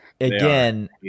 again